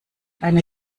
eine